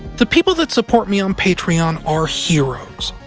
the people that support me on patreon are heroes,